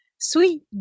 Sweet